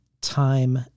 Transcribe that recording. time